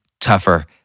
tougher